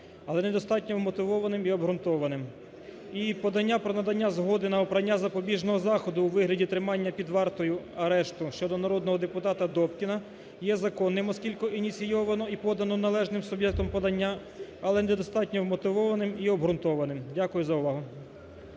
але недостатньо мотивованим і обґрунтованим. І подання про надання згоди на обрання запобіжного заходу у вигляді тримання під вартою (арешту) щодо народного депутата Добкіна є законним, оскільки ініційовано і подано належним суб'єктом подання, але недостатньо мотивованим і обґрунтованим. Дякую за увагу.